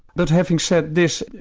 but having said this,